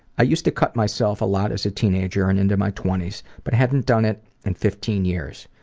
i used to cut myself a lot as a teenager and into my twenties, but hadn't done it in fifteen years.